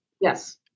yes